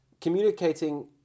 communicating